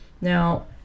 Now